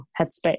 headspace